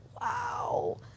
Wow